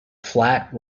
flat